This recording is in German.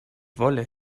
wolle